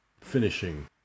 finishing